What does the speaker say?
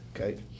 Okay